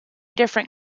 different